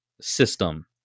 system